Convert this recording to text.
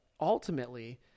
ultimately